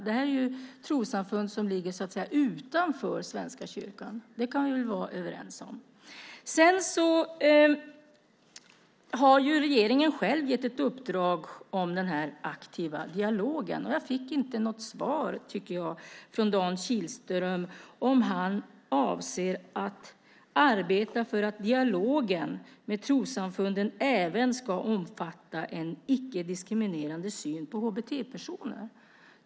Det här är ju trossamfund som ligger utanför Svenska kyrkan. Det kan vi väl vara överens om. Regeringen har själv gett ett uppdrag om den aktiva dialogen. Jag fick inte något svar, tycker jag, från Dan Kihlström om han avser att arbeta för att dialogen med trossamfunden även ska omfatta en icke diskriminerande syn på HBT-personer.